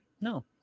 No